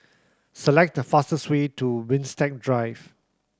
select the fastest way to Winstedt Drive